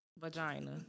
vagina